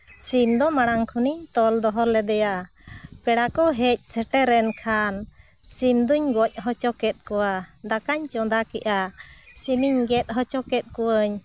ᱥᱤᱢ ᱫᱚ ᱢᱟᱲᱟᱝ ᱠᱷᱚᱱᱤᱧ ᱛᱚᱞ ᱫᱚᱦᱚ ᱞᱮᱫᱮᱭᱟ ᱯᱮᱲᱟ ᱠᱚ ᱦᱮᱡ ᱥᱮᱴᱮᱨᱮᱱ ᱠᱷᱟᱱ ᱥᱤᱢ ᱫᱚᱧ ᱜᱚᱡ ᱦᱚᱪᱚ ᱠᱮᱫ ᱠᱚᱣᱟ ᱫᱟᱠᱟᱧ ᱪᱚᱸᱫᱟ ᱠᱮᱜᱼᱟ ᱥᱤᱢᱤᱧ ᱜᱮᱫ ᱦᱚᱪᱚ ᱠᱮᱫ ᱠᱚᱣᱟᱹᱧ